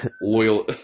Loyal